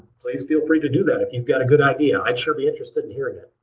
please feel free to do that if you've got a good idea. i'd sure be interested in hearing that.